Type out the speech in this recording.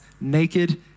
naked